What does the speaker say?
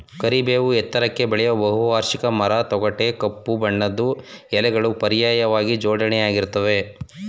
ಕರಿಬೇವು ಎತ್ತರಕ್ಕೆ ಬೆಳೆಯೋ ಬಹುವಾರ್ಷಿಕ ಮರ ತೊಗಟೆ ಕಪ್ಪು ಬಣ್ಣದ್ದು ಎಲೆಗಳು ಪರ್ಯಾಯವಾಗಿ ಜೋಡಣೆಗೊಂಡಿರ್ತದೆ